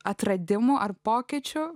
atradimų ar pokyčių